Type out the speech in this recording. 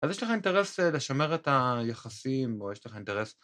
אז יש לך אינטרס לשמר את היחסים או יש לך אינטרס